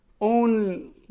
own